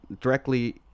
directly